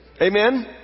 Amen